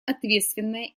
ответственное